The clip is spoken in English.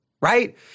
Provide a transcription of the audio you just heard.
right